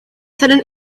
sudden